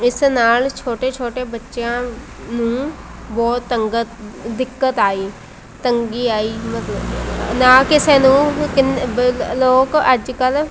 ਇਸ ਨਾਲ ਛੋਟੇ ਛੋਟੇ ਬੱਚਿਆਂ ਨੂੰ ਬਹੁਤ ਤੰਗ ਦਿੱਕਤ ਆਈ ਤੰਗੀ ਆਈ ਮਤਲਬ ਨਾ ਕਿਸੇ ਨੂੰ ਕਿੰਨ ਬ ਲੋਕ ਅੱਜ ਕੱਲ੍ਹ